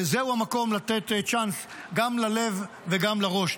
זהו המקום לתת צ'אנס גם ללב וגם לראש.